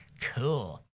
Cool